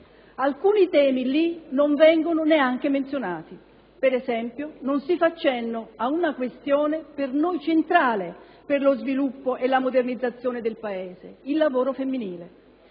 alcuni temi, lì, non vengono neanche menzionati. Per esempio, non si fa cenno ad una questione a nostro avviso centrale per lo sviluppo e la modernizzazione del Paese: il lavoro femminile.